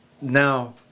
Now